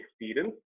experience